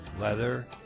leather